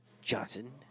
Johnson